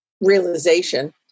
realization